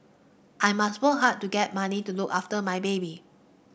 I must work hard to get money to look after my baby